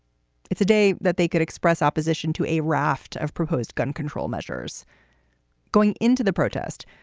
it's a day that they could express opposition to a raft of proposed gun control measures going into the protest.